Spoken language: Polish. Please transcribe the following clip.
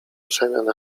przemian